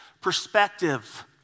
perspective